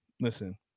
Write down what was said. Listen